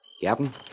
Captain